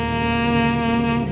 and